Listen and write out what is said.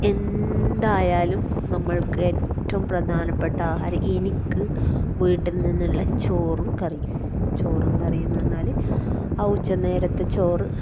എന്തായലും നമ്മള്ക്കേറ്റവും പ്രധാനപ്പെട്ട ആഹാരം എനിക്ക് വീട്ടില്നിന്നുള്ള ചോറും കറിയും ചോറും കറിയും എന്ന് പറഞ്ഞാല് ആ ഉച്ചനേരത്തെ ചോറ്